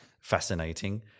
fascinating